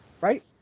right